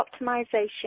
optimization